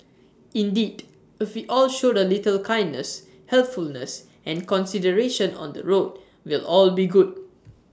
indeed if we all showed A little kindness helpfulness and consideration on the road we'll all be good